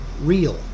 real